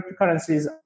cryptocurrencies